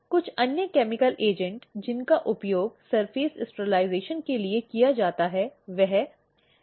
कुछ अन्य रासायनिक एजेंट जिनका उपयोग सर्फेस स्टिरलिज़ेशन के लिए किया जाता है वह HgCl2 है